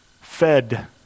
fed